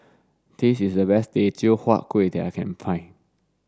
this is the best Teochew Huat Kuih that I can find